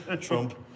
Trump